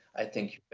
i thank